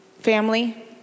Family